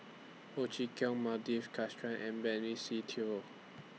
Ho Chee Kong Krishnan and Benny Se Teo